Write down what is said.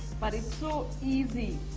but it's so easy.